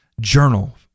journal